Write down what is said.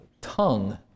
tongue